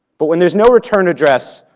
but when there's no return address,